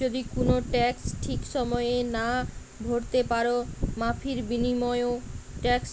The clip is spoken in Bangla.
যদি কুনো ট্যাক্স ঠিক সময়ে না ভোরতে পারো, মাফীর বিনিময়ও ট্যাক্স